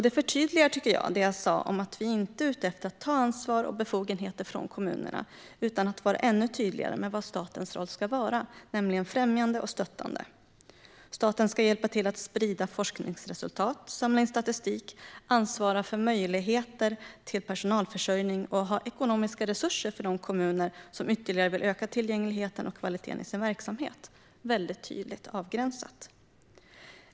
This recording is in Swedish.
Det förtydligar det jag sa om att vi inte är ute efter att ta ansvar och befogenheter från kommunerna utan vara ännu tydligare med vad statens roll ska vara, nämligen främjande och stöttande. Staten ska hjälpa till att sprida forskningsresultat, samla in statistik, ansvara för möjligheter till personalförsörjning och ha ekonomiska resurser för de kommuner som ytterligare vill öka tillgängligheten och kvaliteten i sin verksamhet. Det är väldigt tydligt avgränsat.